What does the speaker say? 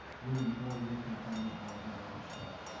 we enjoy working with amy hall though on your staff.